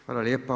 Hvala lijepo.